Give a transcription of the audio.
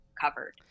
covered